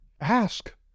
ask